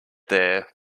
there